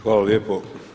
Hvala lijepo.